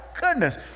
goodness